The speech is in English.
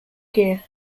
gear